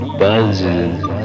buzzes